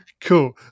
Cool